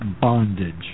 bondage